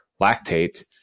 lactate